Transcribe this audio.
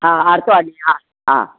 हा आरितवारु ॾींहुं हा हा